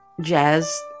jazz